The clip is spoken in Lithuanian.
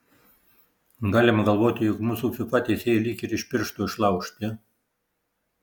galima galvoti jog mūsų fifa teisėjai lyg ir iš piršto išlaužti